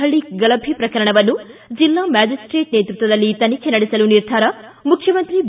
ಹಳ್ಳಿ ಗಲಭೆ ಪ್ರಕರಣವನ್ನು ಜಿಲ್ಲಾ ಮ್ಯಾಜಿಸ್ಟೇಟ್ ನೇತೃತ್ವದಲ್ಲಿ ತನಿಖೆ ನಡೆಸಲು ನಿರ್ಧಾರ ಮುಖ್ಯಮಂತ್ರಿ ಬಿ